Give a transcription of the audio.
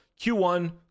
Q1